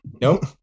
nope